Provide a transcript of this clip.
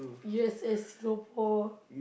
U_S_S Singapore